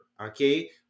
okay